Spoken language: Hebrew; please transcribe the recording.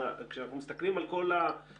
כאשר אנחנו מסתכלים על כל השרשרת,